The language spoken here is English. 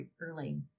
early